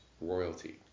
royalty